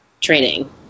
training